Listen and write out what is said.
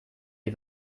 die